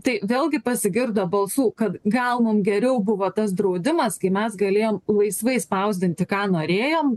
tai vėlgi pasigirdo balsų kad gal mum geriau buvo tas draudimas kai mes galėjom laisvai spausdinti ką norėjom